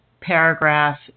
paragraph